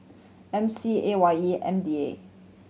M C A Y E M D A